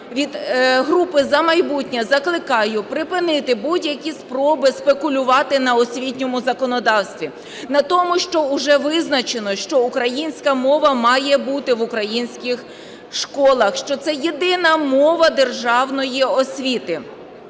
від групи "За майбутнє" закликаю припинити будь-які спроби спекулювати на освітньому законодавстві, на тому, що вже визначено, що українська мова має бути в українських школах, що це єдина мова державної освіти.